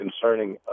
concerning